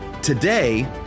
Today